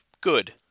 good